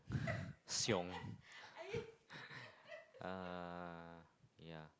siong uh yeah